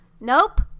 nope